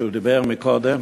כשהוא דיבר קודם